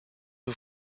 who